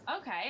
Okay